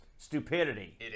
Stupidity